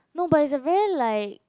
no but it's a very like